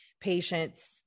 patient's